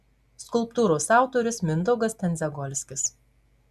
skulptūros autorius mindaugas tendziagolskis